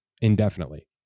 indefinitely